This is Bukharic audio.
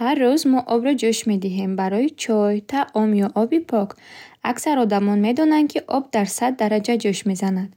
Ҳар рӯз мо обро ҷӯш медиҳем барои чой, таом, ё оби пок. Аксар одамон медонанд, ки об дар сад дараҷа ҷӯш мезанад.